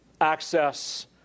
access